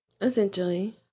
essentially